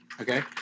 Okay